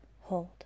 Hold